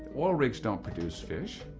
oil rigs don't produce fish.